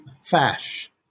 Fash